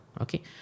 Okay